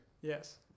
Yes